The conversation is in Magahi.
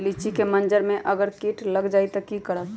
लिचि क मजर म अगर किट लग जाई त की करब?